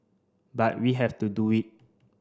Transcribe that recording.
but we have to do it